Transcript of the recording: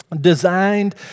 designed